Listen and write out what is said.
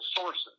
sources